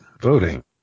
voting